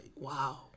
Wow